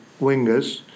wingers